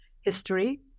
history